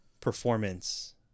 performance